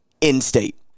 in-state